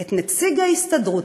את נציג ההסתדרות,